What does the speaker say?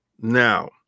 Now